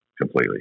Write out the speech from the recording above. completely